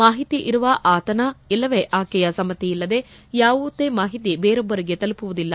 ಮಾಹಿತಿ ಇರುವ ಆತನ ಇಲ್ಲವೇ ಆಕೆಯ ಸಮ್ನತಿಯಿಲ್ಲದೆ ಯಾವುದೇ ಮಾಹಿತಿ ಬೇರೊಬ್ಬರಿಗೆ ತಲುಪುವುದಿಲ್ಲ